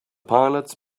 pilots